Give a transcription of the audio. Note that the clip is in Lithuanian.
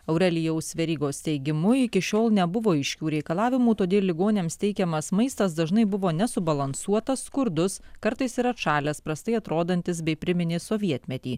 aurelijaus verygos teigimu iki šiol nebuvo aiškių reikalavimų todėl ligoniams teikiamas maistas dažnai buvo nesubalansuotas skurdus kartais ir atšalęs prastai atrodantis bei priminė sovietmetį